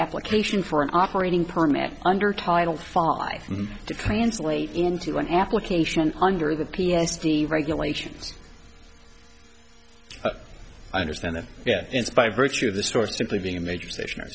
application for an operating permit under title farai to translate into an application under the p s t regulations i understand that yeah it's by virtue of the store simply being a major station